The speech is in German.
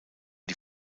die